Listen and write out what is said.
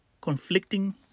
conflicting